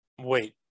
Wait